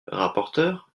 rapporteur